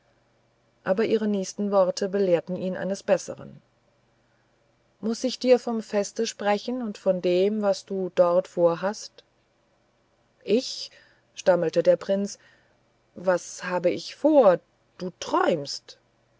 aber ihre nächsten worte belehrten ihn eines besseren muß ich dir vom feste sprechen und von dem was du dort vorhast ich stammelte der prinz was habe ich vor du träumst